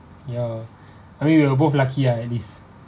ya I mean we were both lucky ah at least